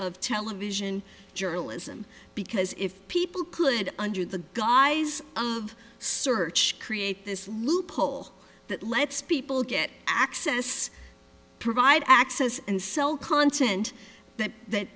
of television journalism because if people could under the guise of search create this loophole that lets people get access provide access and s